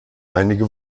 einige